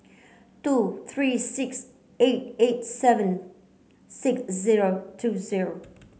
two three six eight eight seven six zero two zero